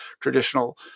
traditional